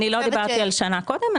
אני לא דיברתי על שנה קודם.